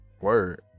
Word